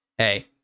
Hey